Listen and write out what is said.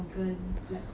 it's like